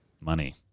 Money